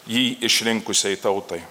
jį išrinkusiai tautai